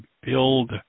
build